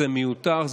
זה מיותר,